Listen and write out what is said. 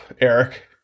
Eric